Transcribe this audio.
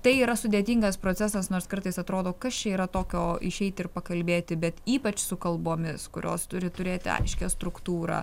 tai yra sudėtingas procesas nors kartais atrodo kas čia yra tokio išeiti ir pakalbėti bet ypač su kalbomis kurios turi turėti aiškią struktūrą